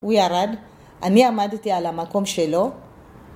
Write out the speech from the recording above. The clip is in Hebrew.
הוא ירד. אני עמדתי על המקום שלו.